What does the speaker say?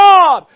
God